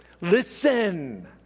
listen